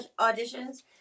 auditions